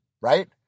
right